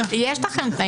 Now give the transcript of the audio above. יש לכם.